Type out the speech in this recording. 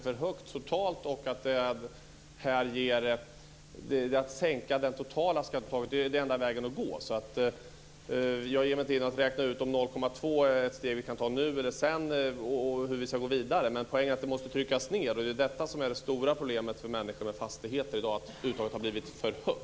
Fru talman! Vi ska tydligen ha debatt här hela eftermiddagen eftersom detta är min tredje replik.